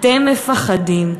אתם מפחדים.